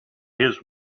his